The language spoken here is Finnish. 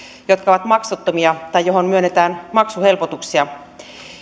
jotka ovat maksuttomia tai joihin myönnetään maksuhelpotuksia